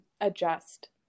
adjust